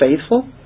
faithful